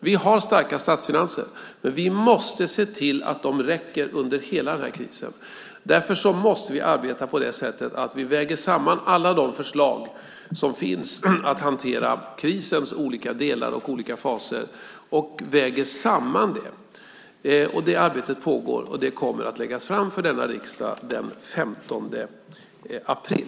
Vi har starka statsfinanser, men vi måste se till att de räcker under hela krisen. Därför måste vi väga samman alla de förslag som finns på hur vi ska hantera krisens olika delar och faser. Det arbetet pågår och kommer att läggas fram för riksdagen den 15 april.